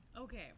Okay